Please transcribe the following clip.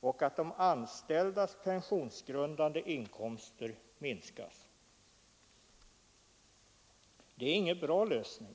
och att de anställdas pensionsgrundande inkomster minskas. Det är ingen bra lösning.